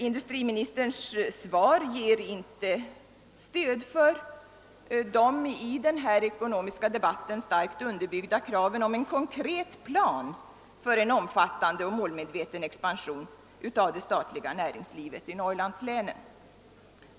Industriministerns svar ger inte stöd för det i den ekonomiska debatten starkt underbyggda kravet på en konkret plan för en omfattande och målmedveten expansion av det statliga näringslivet i Norrlandslänen.